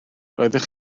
roeddech